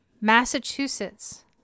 Massachusetts